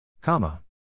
Comma